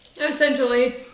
Essentially